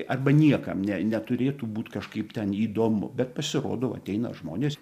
arba niekam ne neturėtų būt kažkaip ten įdomu bet pasirodo ateina žmonės